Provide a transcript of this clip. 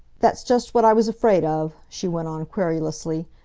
that's just what i was afraid of, she went on querulously.